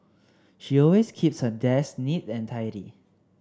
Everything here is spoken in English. she always keeps her desk neat and tidy